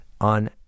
on